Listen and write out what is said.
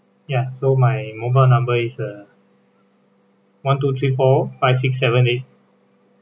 ya so my mobile number is (us) one two three four five six seven eight